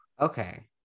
Okay